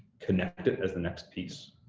connect it as the next piece,